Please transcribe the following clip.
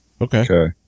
Okay